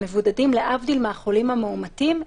הם מבודדים להבדיל מהחולים המאומתים,